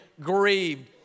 grieved